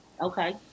Okay